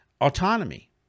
autonomy